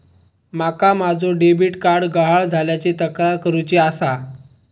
माका माझो debit card गहाळ झाल्याची तक्रार करुची आसा